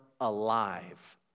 alive